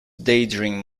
daydream